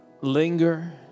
linger